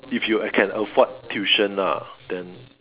if you can afford tuition lah then